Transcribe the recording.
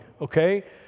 Okay